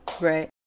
Right